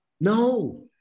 no